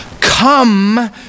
Come